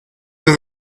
the